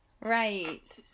Right